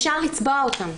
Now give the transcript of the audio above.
אפשר לצבוע אותם.